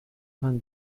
vingt